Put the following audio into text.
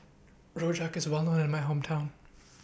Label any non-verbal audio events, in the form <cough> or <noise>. <noise> Rojak IS Well known in My Hometown <noise>